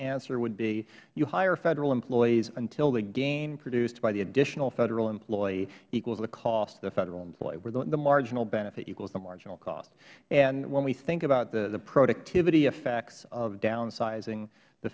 answer would be you hire federal employees until the gain produced by the additional federal employee equals the cost of the federal employee the marginal benefit equals the marginal cost and when we think about the productivity effects of downsizing the